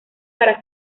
para